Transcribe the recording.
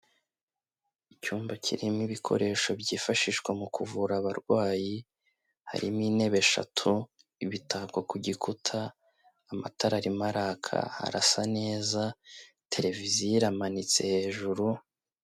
Icyumba kirimo ibikoresho byifashishwa mu kuvura abarwayi harimo: intebe eshatu, imitako ku gikuta, amatara arimo araka arasa neza, televiziyo iramanitse hejuru.